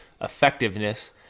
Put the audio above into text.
effectiveness